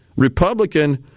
Republican